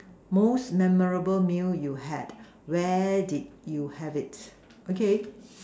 most memorable meal you had where did you have it okay